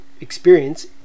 experience